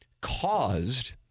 caused